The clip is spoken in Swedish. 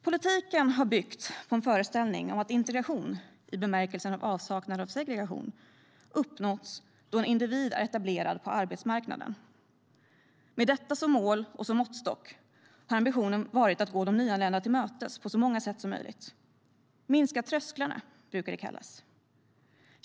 Politiken har byggt på en föreställning om att integration, i bemärkelsen avsaknad av segregation, har uppnåtts då en individ är etablerad på arbetsmarknaden. Med detta som mål och måttstock har ambitionen varit att gå de nyanlända till mötes på så många sätt som möjligt. Minska trösklarna, brukar det kallas.